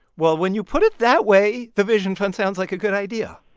well, when you put it that way, the vision fund sounds like a good idea